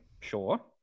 Sure